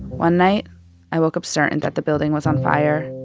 one night i woke up certain that the building was on fire.